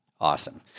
Awesome